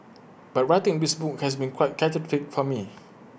but writing this book has been quite cathartic for me